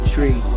Tree